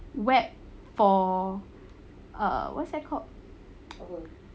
web for err what's that called